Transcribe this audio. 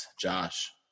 Josh